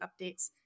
updates